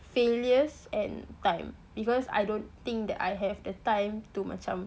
failures and time because I don't think that I have the time to macam